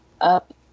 up